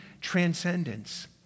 transcendence